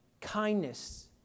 Kindness